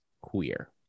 queer